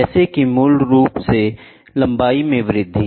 जैसे कि मूल रूप से लंबाई में वृद्धि